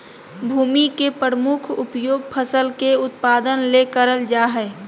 भूमि के प्रमुख उपयोग फसल के उत्पादन ले करल जा हइ